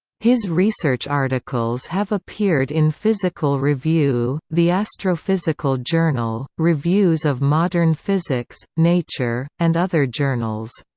his research articles have appeared in physical review, the astrophysical journal, reviews of modern physics, nature, and other journals.